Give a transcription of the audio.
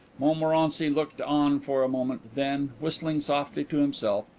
montmorency looked on for a moment, then, whistling softly to himself,